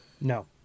No